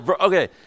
Okay